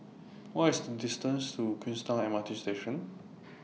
What IS The distance to Queenstown MRT Station